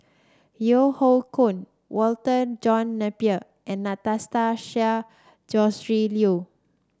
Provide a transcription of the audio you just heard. Yeo Hoe Koon Walter John Napier and Anastasia Tjendri Liew